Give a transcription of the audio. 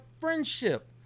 friendship